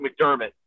McDermott